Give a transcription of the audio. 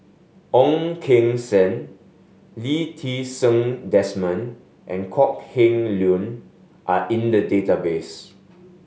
Ong Keng Sen Lee Ti Seng Desmond and Kok Heng Leun are in the database